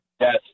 Yes